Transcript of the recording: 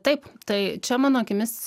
taip tai čia mano akimis